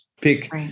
Pick